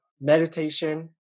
meditation